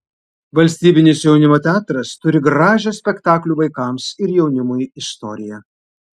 valstybinis jaunimo teatras turi gražią spektaklių vaikams ir jaunimui istoriją